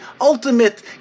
ultimate